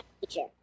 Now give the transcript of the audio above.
teacher